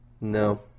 No